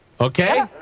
Okay